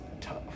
tough